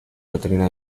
doctrina